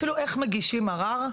אפילו איך מגישים ערר,